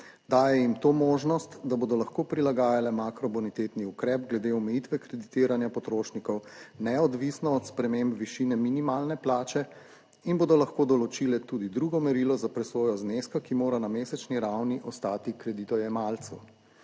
Daje jim to možnost, da bodo lahko prilagajale makrobonitetni ukrep glede omejitve kreditiranja potrošnikov neodvisno od sprememb višine minimalne plače in bodo lahko določile tudi drugo merilo za presojo zneska, ki mora na mesečni ravni ostati kreditojemalcu.